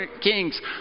kings